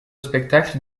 spectacle